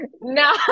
No